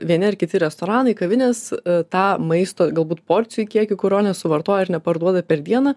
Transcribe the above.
vieni ar kiti restoranai kavinės tą maisto galbūt porcijų kiekį kurio nesuvartoja ir neparduoda per dieną